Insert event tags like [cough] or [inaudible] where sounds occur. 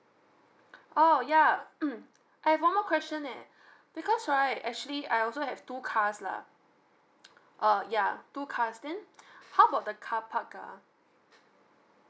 oh yeah [noise] I have one more question eh because right actually I also have two cars lah [noise] oh yeah two cars then [noise] how about the carpark ah